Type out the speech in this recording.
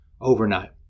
overnight